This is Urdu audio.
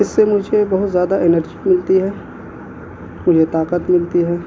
اس سے مجھے بہت زیادہ انرجی ملتی ہے مجھے طاقت ملتی ہے